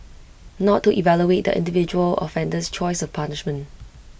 not to evaluate the individual offender's choice of punishment